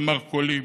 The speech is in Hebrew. והמרכולים,